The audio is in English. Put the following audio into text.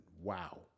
wow